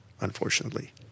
unfortunately